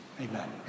Amen